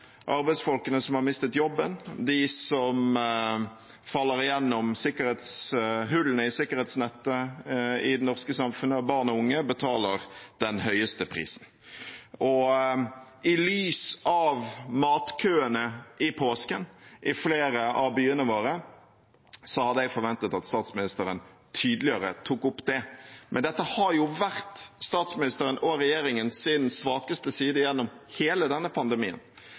arbeidsfolkene som har mistet jobben, de som faller gjennom hullene i sikkerhetsnettet i det norske samfunnet, og barn og unge betaler den høyeste prisen, og i lys av matkøene i påsken i flere av byene våre hadde jeg forventet at statsministeren tydeligere tok opp det. Men dette har jo vært statsministeren og regjeringens svakeste side gjennom hele denne pandemien: